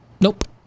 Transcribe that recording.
Nope